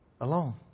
alone